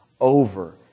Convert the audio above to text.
Over